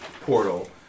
portal